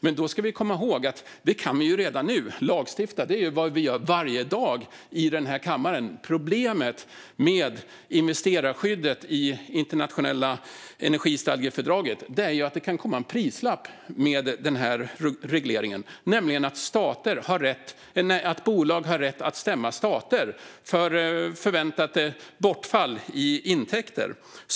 Men då ska vi komma ihåg att lagstifta kan vi redan nu. Det är vad vi gör varje dag i den här kammaren. Problemet med investerarskyddet i det internationella energistadgefördraget är att det med denna reglering kan komma en prislapp, eftersom bolag har rätt att stämma stater för förväntat bortfall i intäkter.